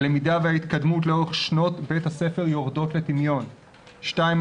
הלמידה וההתקדמות לאורך שנות בית הספר יורדות לטמיון; שתיים,